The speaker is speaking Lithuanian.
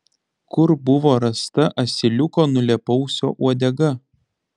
kur buvo rasta asiliuko nulėpausio uodega